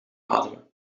ademen